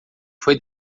foi